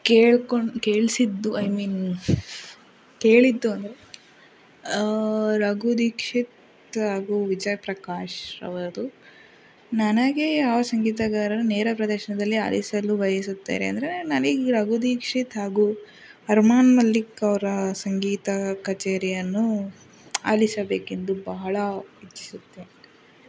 ಕೇಳ್ಕೊಂಡು ಕೇಳ್ಸಿದ್ದು I mean ಕೇಳಿದ್ದು ಅಂದರೆ ರಘು ದೀಕ್ಷಿತ್ ಹಾಗೂ ವಿಜಯ್ ಪ್ರಕಾಶ್ ಅವರು ನನಗೆ ಯಾವ ಸಂಗೀತಗಾರು ನೇರಪ್ರದರ್ಶನದಲ್ಲಿ ಆಲಿಸಲು ಬಯಸುತ್ತೇನೆ ಅಂದರೆ ನನಗೆ ರಘು ದೀಕ್ಷಿತ್ ಹಾಗು ಅರ್ಮಾನ್ ಮಲ್ಲಿಕ್ ಅವರ ಸಂಗೀತ ಕಛೇರಿಯನ್ನು ಆಲಿಸಬೇಕೆಂದು ಬಹಳ ಇಚ್ಛಿಸುತ್ತೆ